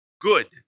good